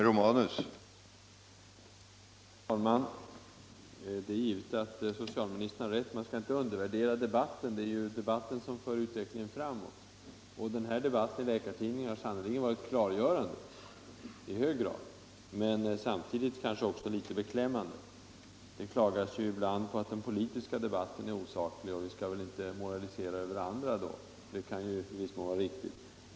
Herr talman! Det är givet att socialministern har rätt i att man inte skall undervärdera debatten, det är ju den som för utvecklingen framåt. Den här debatten i Läkartidningen har sannerligen varit i hög grad klargörande, men samtidigt också beklämmande. Det klagas ju ibland på att den politiska debatten är osaklig, vilket ju i viss mån kan vara riktigt. Vi skall väl då inte moralisera över andra.